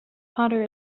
potter